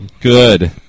Good